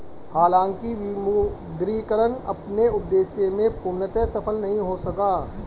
हालांकि विमुद्रीकरण अपने उद्देश्य में पूर्णतः सफल नहीं हो सका